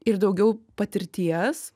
ir daugiau patirties